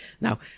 Now